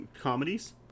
comedies